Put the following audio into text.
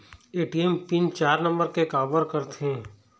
ATM PIN चार number के काबर करथे?